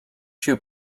shoe